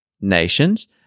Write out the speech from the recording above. nations